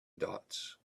dots